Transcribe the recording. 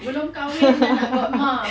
belum kahwin dah nak buat godma